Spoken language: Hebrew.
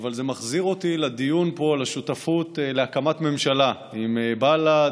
אבל זה מחזיר אותי לדיון פה על שותפות בהקמת ממשלה עם בל"ד